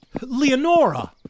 Leonora